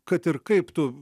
kad ir kaip tu